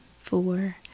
four